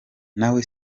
nawe